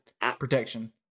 protection